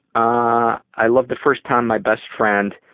ah i love the first time my best friend,